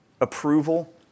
approval